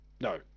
No